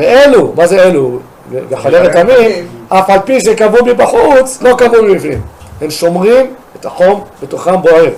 ואלו, מה זה אלו? גחלי רתמים, אף על פי שכבו מבחוץ, לא כבו מבפנים הם שומרים את החום בתוכם בוער.